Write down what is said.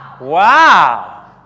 Wow